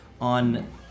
On